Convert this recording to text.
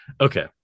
Okay